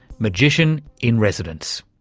magician in residence.